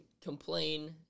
complain